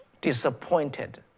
disappointed